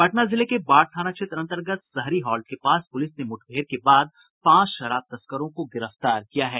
पटना जिले के बाढ़ थाना क्षेत्र अंतर्गत सहरी हॉल्ट के पास पुलिस ने मुठभेड़ के बाद पांच शराब तस्करों को गिरफ्तार किया है